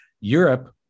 europe